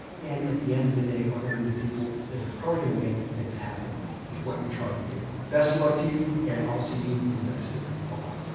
and at the end of the day, are going to be the people that are probably going to make things happen with what you're trying to do. best of luck to you and i'll see you in the next video. bye-bye.